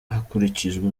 hakurikijwe